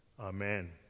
Amen